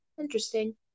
Interesting